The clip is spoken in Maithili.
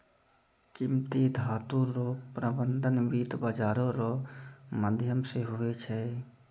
कीमती धातू रो प्रबन्ध वित्त बाजारो रो माध्यम से हुवै छै